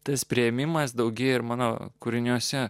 tas priėmimas daugėja ir mano kūriniuose